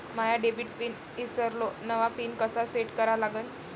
माया debit pin ईसरलो, नवा pin कसा सेट करा लागन?